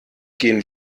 gehen